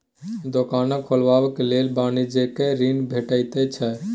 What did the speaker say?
दोकान खोलबाक लेल वाणिज्यिक ऋण भेटैत छै